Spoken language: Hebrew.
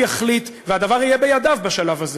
והדבר יהיה בידיו בשלב הזה,